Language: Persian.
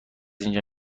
اینجا